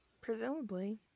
Presumably